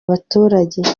abaturage